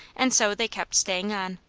and so they kept stay ing on.